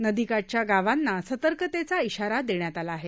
नदीकाठच्या गावांना सतर्कतेचा श्राारा देण्यात आला आहे